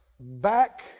Back